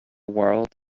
world